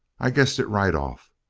i guessed it right off.